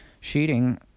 sheeting